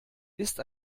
ist